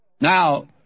Now